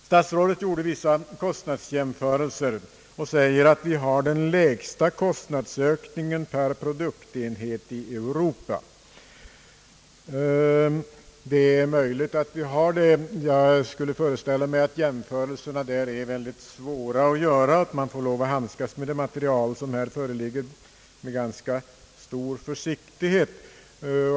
Statsrådet gjorde vissa kostnadsjämförelser och säger att vi har den lägsta kosinadsökningen per produktenhet i Europa. Det är möjligt att vi har det, jag skulle föreställa mig att jämförelserna där är väldigt svåra att göra och att man får lov att handskas med det material som här föreligger med ganska stor försiktighet.